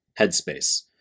headspace